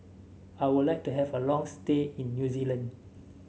I would like to have a long stay in New Zealand